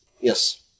Yes